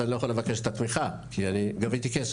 אני לא יכול לבקש את התמיכה כי אני גביתי כסף,